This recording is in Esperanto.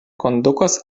kondukas